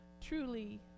truly